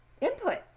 input